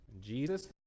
Jesus